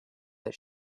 that